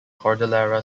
cordillera